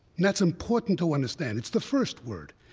that's important to understand. it's the first word,